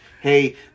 hey